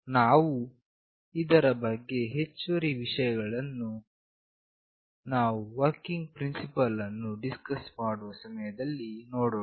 ನಾವು ಇದರ ಬಗ್ಗೆ ಹೆಚ್ಚುವರಿ ವಿಷಯಗಳನ್ನು ನಾವು ವರ್ಕಿಂಗ್ ಪ್ರಿನ್ಸಿಪಲ್ ಅನ್ನು ಡಿಸ್ಕಸ್ ಮಾಡುವ ಸಮಯದಲ್ಲಿ ನೋಡೋಣ